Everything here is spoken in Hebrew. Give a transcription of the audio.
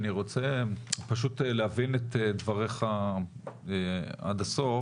אני רוצה פשוט להבין את דבריך עד הסוף.